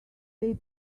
they